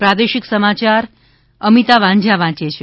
પ્રાદેશિક સમાચાર અમિતા વાંઝા વાંચે છે